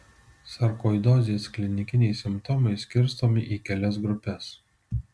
sarkoidozės klinikiniai simptomai skirstomi į kelias grupes